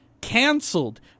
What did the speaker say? canceled